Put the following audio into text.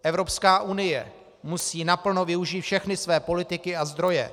Evropská unie musí naplno využít všechny své politiky a zdroje.